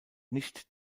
nicht